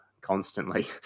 constantly